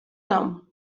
nom